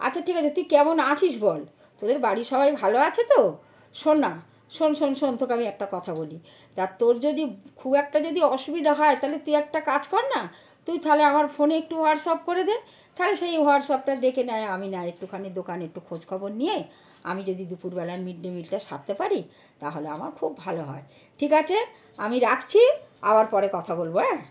আচ্ছা ঠিক আছে তুই কেমন আছিস বল তোদের বাড়ির সবাই ভালো আছে তো শোন না শোন শোন শোন তোকে আমি একটা কথা বলি তা তোর যদি খুব একটা যদি অসুবিধা হয় তাহলে তুই একটা কাজ কর না তুই তাহলে আমার ফোনে একটু হোয়াটসঅ্যাপ করে দে তাহলে সেই হোয়াটসঅ্যাপটা দেখে নয় আমি নয় একটুখানি দোকানে একটু খোঁজ খবর নিয়ে আমি যদি দুপুরবেলার মিড ডে মিলটা সারতে পারি তাহলে আমার খুব ভালো হয় ঠিক আছে আমি রাখছি আবার পরে কথা বলব হ্যাঁ